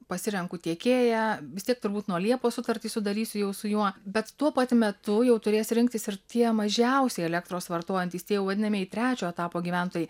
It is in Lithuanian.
pasirenku tiekėją vis tiek turbūt nuo liepos sutartį sudarysiu jau su juo bet tuo pat metu jau turės rinktis ir tie mažiausiai elektros vartojantys tie jau vadinamieji trečio etapo gyventojai